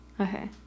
Okay